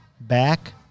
back